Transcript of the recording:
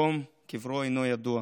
מקום קבורתו אינו ידוע.